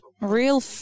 real